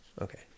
Okay